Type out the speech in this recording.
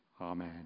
Amen